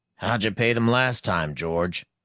how'd you pay them last time, george?